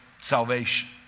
salvation